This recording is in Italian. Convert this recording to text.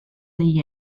degli